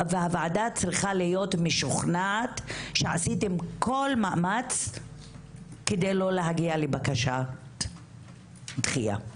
הוועדה צריכה להיות משוכנעת שעשיתם כל מאמץ כדי לא להגיע לבקשת דחייה.